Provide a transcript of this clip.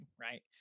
right